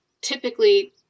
typically